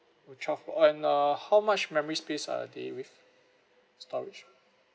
with twelve and uh how much memory space are they with storage